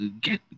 get